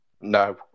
No